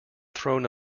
throne